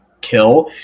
kill